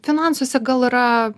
finansuose gal yra